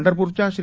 पंढरपूरच्या श्री